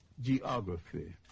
geography